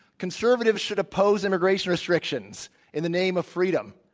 conservatives should oppose immigration restrictions in the name of freedom,